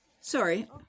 sorry